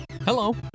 Hello